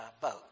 boat